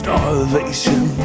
Starvation